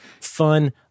fun